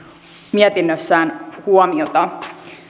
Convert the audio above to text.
mietinnössään huomiota